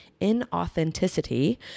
inauthenticity